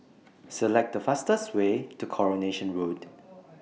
Select The fastest Way to Coronation Road